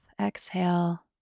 exhale